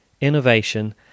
innovation